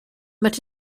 met